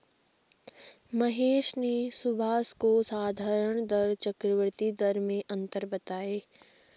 महेश ने सुभाष को साधारण दर चक्रवर्ती दर में अंतर बताएं